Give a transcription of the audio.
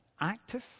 active